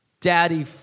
daddy